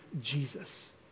Jesus